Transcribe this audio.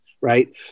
Right